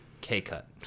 K-cut